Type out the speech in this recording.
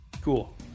Cool